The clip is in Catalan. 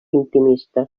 intimista